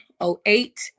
08